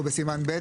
אנחנו בסימן ב'.